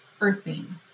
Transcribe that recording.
earthing